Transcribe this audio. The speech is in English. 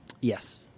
Yes